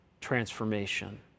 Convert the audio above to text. transformation